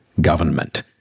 government